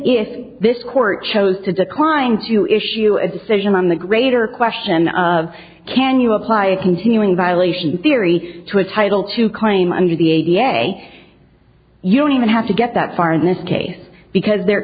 if this court chose to decline to issue a decision on the greater question of can you apply a continuing violation theory to a title to claim under the a b a you don't even have to get that far in this case because there